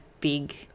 big